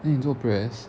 then 你做 press